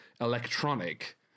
electronic